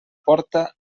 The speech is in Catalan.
porta